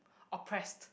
oppressed